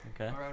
Okay